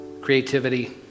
creativity